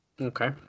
Okay